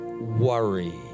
worry